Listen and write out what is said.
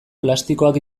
plastikoak